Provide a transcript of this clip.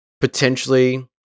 potentially